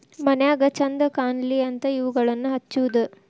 ಮನ್ಯಾಗ ಚಂದ ಕಾನ್ಲಿ ಅಂತಾ ಇವುಗಳನ್ನಾ ಹಚ್ಚುದ